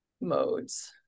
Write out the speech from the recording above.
modes